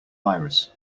virus